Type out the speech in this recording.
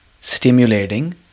stimulating